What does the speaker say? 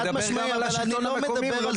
חד משמעי, אבל אני לא מדבר על זה.